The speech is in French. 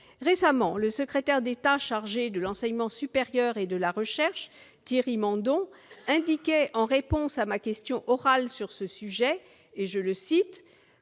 Récemment, le secrétaire d'État chargé de l'enseignement supérieur et de la recherche, Thierry Mandon, indiquait en réponse à ma question orale sur ce sujet :« Quant